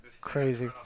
crazy